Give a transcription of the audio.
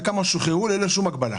וכמה שוחררו ללא שום הגבלה?